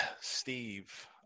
Steve